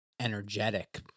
energetic